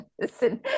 listen